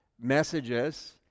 messages